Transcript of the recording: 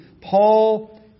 Paul